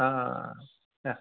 हा ह